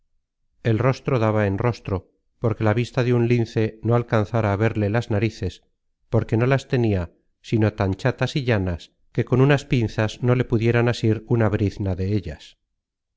el rostro daba en rostro porque la vista de un lince no alcanzara á verle las narices porque no las tenia sino tan chatas y llanas que con unas pinzas no le pudieran asir una brizna de ellas